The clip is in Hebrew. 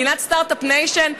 סטרטאפ ניישן,